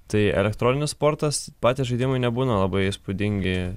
tai elektroninis sportas patys žaidimai nebūna labai įspūdingi